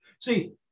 See